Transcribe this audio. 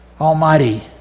Almighty